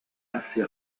assez